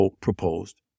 proposed